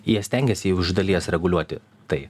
jie stengiasi jau iš dalies reguliuoti tai